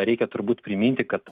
reikia turbūt priminti kad